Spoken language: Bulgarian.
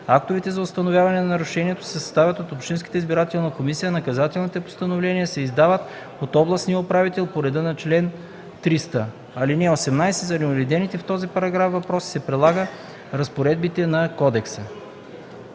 Актовете за установяване на нарушението се съставят от общинската избирателна комисия, а наказателните постановления се издават от областния управител по реда на чл. 300. (18) За неуредените в този параграф въпроси се прилагат разпоредбите на кодекса.”